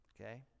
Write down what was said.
Okay